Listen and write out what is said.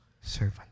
servant